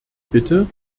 bitte